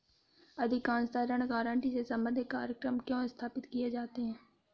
अधिकांशतः ऋण गारंटी से संबंधित कार्यक्रम क्यों स्थापित किए जाते हैं?